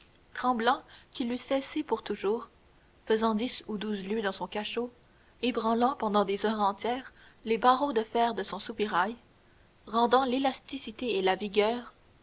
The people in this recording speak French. tremblant qu'il eût cessé pour toujours faisant dix ou douze lieues dans son cachot ébranlant pendant des heures entières les barreaux de fer de son soupirail rendant l'élasticité et la vigueur